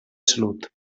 salut